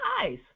eyes